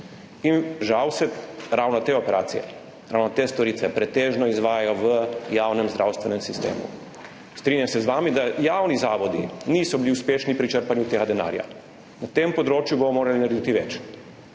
Žal se ravno te operacije, ravno te storitve pretežno izvajajo v javnem zdravstvenem sistemu. Strinjam se z vami, da javni zavodi niso bili uspešni pri črpanju tega denarja, na tem področju bomo morali narediti več.